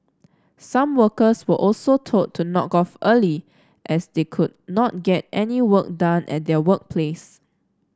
some workers were also told to knock off early as they could not get any work done at their workplace